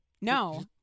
No